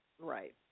Right